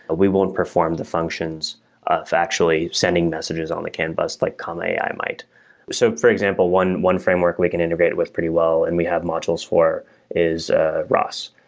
but we won't perform the functions of actually sending messages on the can bus like comma ai might so for example, one one framework we can integrate it with pretty well and we have modules for is ah ross.